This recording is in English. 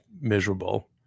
miserable